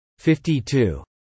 52